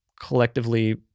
collectively